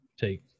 take